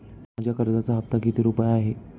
माझ्या कर्जाचा हफ्ता किती रुपये आहे?